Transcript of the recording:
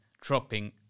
dropping